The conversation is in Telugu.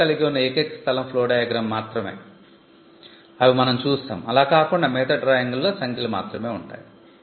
పదాలు కలిగి ఉన్న ఏకైక స్థలం 'flow diagram' మాత్రమే అని మనం చూశాము అలా కాకుండా మిగతా డ్రాయింగ్లలో సంఖ్యలు మాత్రమే ఉంటాయి